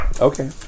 Okay